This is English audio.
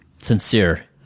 sincere